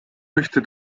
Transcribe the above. möchte